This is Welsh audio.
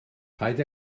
paid